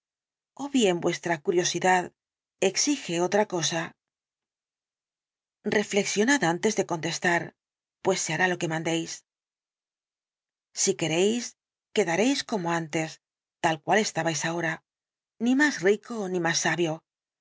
ó bien vuestra curiosidad exige otra cosa reflexionad antes de contestar pues se hará lo que mandéis si queréis quedaréis como antes tal cual estáis ahora ni más rico ni más sabio